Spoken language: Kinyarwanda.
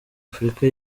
afurika